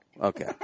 Okay